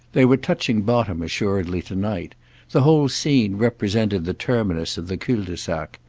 they were touching bottom assuredly tonight the whole scene represented the terminus of the cul-de-sac.